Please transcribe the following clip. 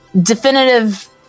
definitive